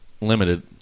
limited